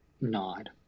nod